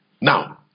Now